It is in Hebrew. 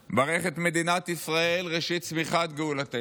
ברך את מדינת ישראל, ראשית צמיחת גאולתנו.